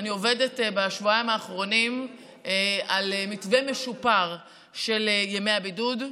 אני עובדת בשבועיים האחרונים על מתווה משופר של ימי הבידוד.